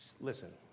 listen